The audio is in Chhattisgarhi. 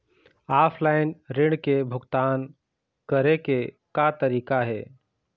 ऑफलाइन ऋण के भुगतान करे के का तरीका हे?